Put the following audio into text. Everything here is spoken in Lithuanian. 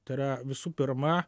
tai yra visų pirma